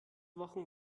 wochen